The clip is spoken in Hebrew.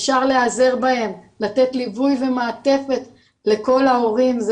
אפשר להיעזר בהם לתת ליווי ומעטפת לכל ההורים,